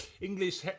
English